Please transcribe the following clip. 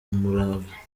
umurava